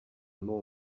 n’uwo